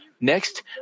Next